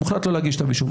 הוחלט לא להגיש כתב אישום.